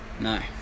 no